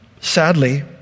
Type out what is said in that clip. Sadly